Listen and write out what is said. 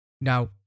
Now